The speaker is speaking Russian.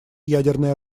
ядерное